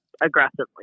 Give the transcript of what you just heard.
aggressively